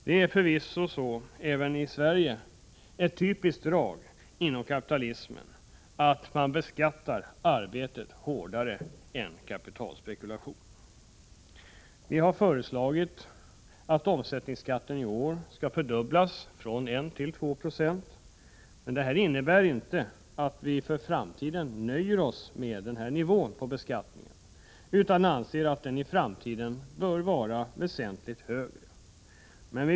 Det är förvisso, även i Sverige, ett typiskt drag inom kapitalismen att man beskattar arbete hårdare än kapitalspekulation. Vi har föreslagit att omsättningsskatten på aktier i år skall fördubblas, från 1till2 90 men det innebär inte att vi för framtiden nöjer oss med denna nivå på beskattningen. Vi anser att den i framtiden bör vara väsentligt högre.